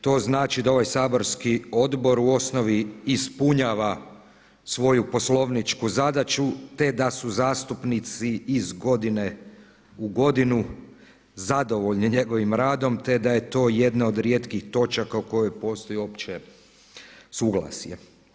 To znači da ovaj saborski odbor u osnovi ispunjava svoju poslovničku zadaću, te da su zastupnici iz godine u godinu zadovoljni njegovim radom, te da je to jedna od rijetkih točaka o kojoj postoji uopće suglasje.